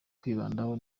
kwibandaho